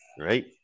Right